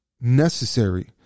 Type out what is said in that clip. necessary